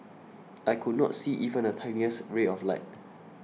I could not see even a tiniest ray of light